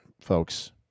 folks